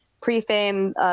pre-fame